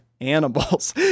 animals